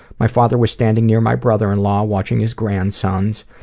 my father was standing near my brother in law watching his grandsons.